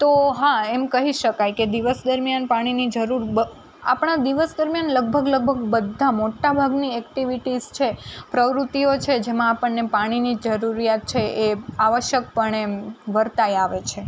તો હા એમ કહી શકાય કે દિવસ દરમ્યાન પાણીની જરૂર આપણાં દિવસ દરમ્યાન લગભગ લગભગ બધા મોટા ભાગની એક્ટિવિટીસ છે પ્રવૃતિઓ છે જેમાં આપણને પાણીની જરૂરિયાત છે એ આવશ્યક પણે એમ વર્તાય આવે છે